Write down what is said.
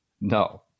No